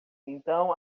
então